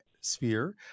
sphere